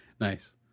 nice